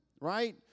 right